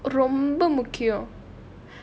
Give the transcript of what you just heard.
ரொம்ப முக்கியம்:romba mukkiyam